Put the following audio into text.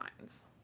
lines